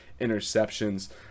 interceptions